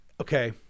okay